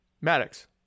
Maddox